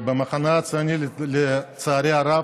מהמחנה הציוני, לצערי הרב,